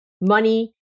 money